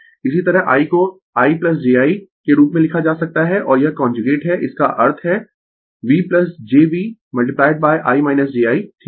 इसी तरह i को i jI' के रूप में लिखा जा सकता है और यह कांजुगेट है इसका अर्थ है V jV' i jI' ठीक है